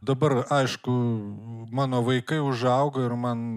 dabar aišku mano vaikai užaugo ir man